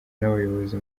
n’abayobozi